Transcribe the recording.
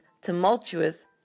tumultuous